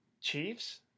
Chiefs